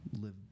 live